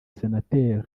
senateri